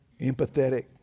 empathetic